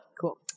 cool